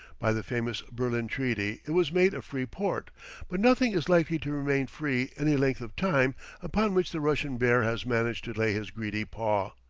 by the famous berlin treaty it was made a free port but nothing is likely to remain free any length of time upon which the russian bear has managed to lay his greedy paw.